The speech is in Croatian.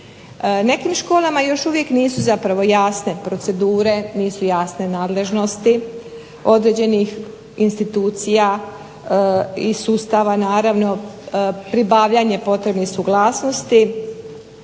Nekim školama još uvijek nisu zapravo jasne procedure, nisu jasne nadležnosti određenih institucija i sustava naravno, pribavljanje potrebnih suglasnosti